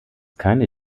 keine